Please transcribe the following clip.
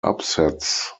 upsets